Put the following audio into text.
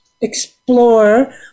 explore